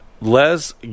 les